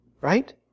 Right